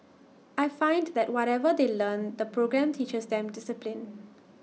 I find that whatever they learn the programme teaches them discipline